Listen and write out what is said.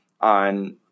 on